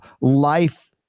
life